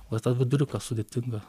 va tą viduriuką sudėtinga